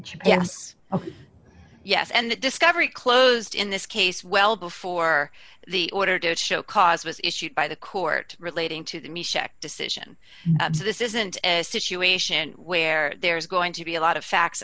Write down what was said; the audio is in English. japanise yes and discovery closed in this case well before the order to show cause was issued by the court relating to the me shekh decision so this isn't a situation where there is going to be a lot of facts